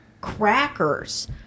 crackers